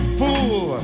fool